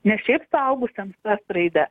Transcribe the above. ne šiaip suaugusiem su es raide